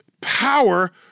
power